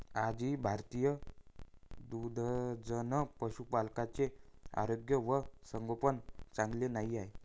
आजही भारतीय दुग्धजन्य पशुपालकांचे आरोग्य व संगोपन चांगले नाही आहे